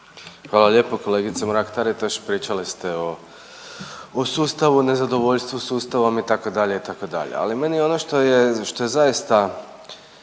Hvala lijepo. Kolegice Mrak Taritaš pričali ste o sustavu, nezadovoljstvu sustavom itd.,